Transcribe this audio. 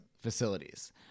facilities